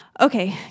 Okay